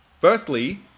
Firstly